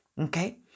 okay